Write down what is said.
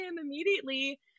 immediately